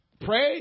pray